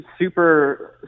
super